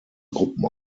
gruppen